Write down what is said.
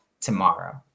tomorrow